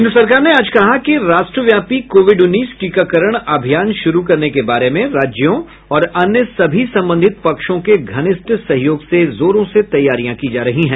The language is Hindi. केन्द्र सरकार ने आज कहा कि राष्ट्रव्यापी कोविड उन्नीस टीकाकरण अभियान शुरू करने के बारे में राज्यों और अन्य सभी संबंधित पक्षों के घनिष्ठ सहयोग से जोरों से तैयारियां की जा रही है